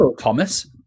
Thomas